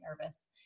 nervous